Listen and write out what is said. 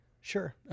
Sure